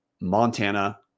Montana